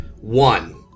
one